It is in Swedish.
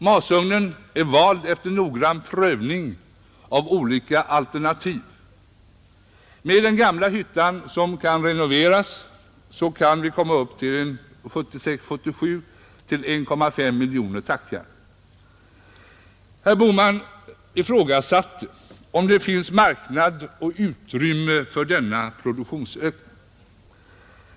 Masugnen är vald efter noggrann prövning av olika alternativ. Med den gamla hyttan, som skall renoveras och moderniseras, kan man 1976-1977 komma upp till ca 1,5 miljoner ton tackjärn. Herr Bohman ifrågasatte om det finns marknadsutrymme för denna produktionsökning.